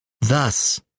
Thus